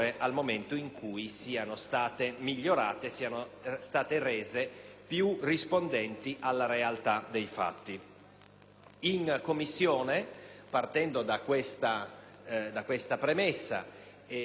In Commissione, partendo da questa premessa (la quale implica anche il fatto che all'interno di questo provvedimento ci siano